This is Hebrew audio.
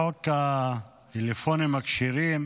חוק הטלפונים הכשרים,